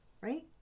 right